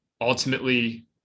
Ultimately